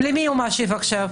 למי הוא משיב עכשיו?